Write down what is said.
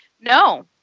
No